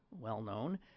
well-known